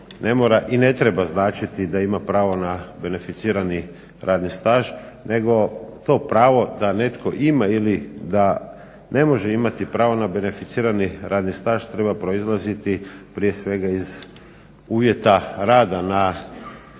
i ne treba značiti da ima pravo na beneficirani radni staž, nego to pravo da netko ima ili da ne može imati pravo na beneficirani radni staž treba proizlaziti prije svega iz uvjeta rada na pojedinom